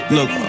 Look